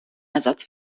ersatz